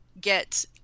get